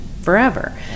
forever